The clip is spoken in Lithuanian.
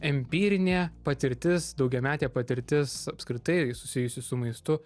empirinė patirtis daugiametė patirtis apskritai susijusi su maistu